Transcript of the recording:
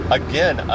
again